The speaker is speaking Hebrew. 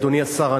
אדוני השר,